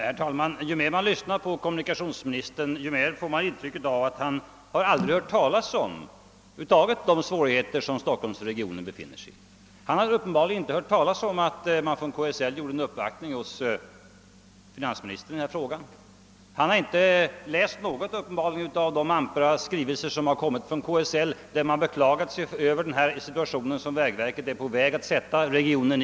Herr talman! Ju mer man lyssnar på kommunikationsministern desto mer får man intryck av att han över huvud taget aldrig hört talas om Stockholms regionens svårigheter. Han känner uppenbarligen inte till att KSL uppvaktat finansministern i frågan, och tydligen har han heller inte läst någon av de ampra skrivelserna från KSL med beklaganden över den situation i vilken vägverket håller på att försätta regionen.